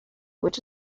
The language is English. which